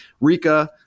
Rika